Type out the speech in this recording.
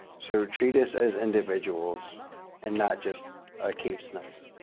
so treat us as individuals and not just a case number.